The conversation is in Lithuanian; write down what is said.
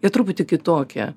jie truputį kitokie